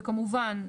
וכמובן,